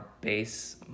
base